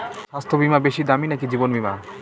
স্বাস্থ্য বীমা বেশী দামী নাকি জীবন বীমা?